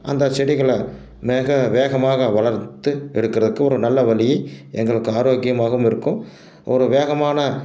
அந்த செடிகளை மேக வேகமாக வளர்த்து எடுக்கிறதுக்கு ஒரு நல்ல வழியை எங்களுக்கு ஆரோக்கியமாகவும் இருக்கும் ஒரு வேகமான